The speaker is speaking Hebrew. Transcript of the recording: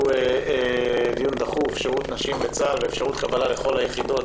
זה דיון דחוף בנושא שירות נשים בצה"ל ואפשרות קבלה לכל היחידות.